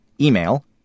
Email